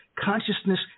consciousness